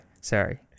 Sorry